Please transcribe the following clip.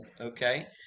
Okay